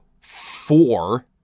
four